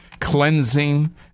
cleansing